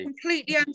completely